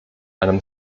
einem